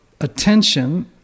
attention